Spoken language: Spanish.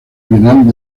bienal